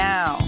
Now